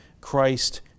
Christ